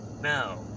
now